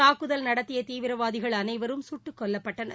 தாக்குதல் நடத்திய தீவிரவாதிகள் அனைவரும் குட்டுக் கொல்லப்பட்டனர்